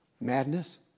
Madness